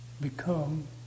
become